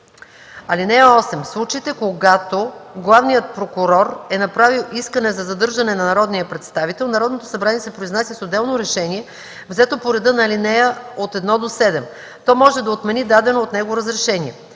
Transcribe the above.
(8) В случаите, когато главният прокурор е направил искане за задържане на народния представител, Народното събрание се произнася с отделно решение, взето по реда на ал. 1-7. То може да отмени дадено от него разрешение.